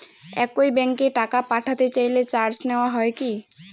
একই ব্যাংকে টাকা পাঠাতে চাইলে চার্জ নেওয়া হয় কি?